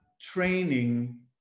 training